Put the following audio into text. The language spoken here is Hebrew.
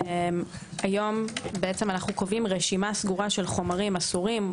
היום אנו קובעים רשימה סגורה של חומרים אסורים,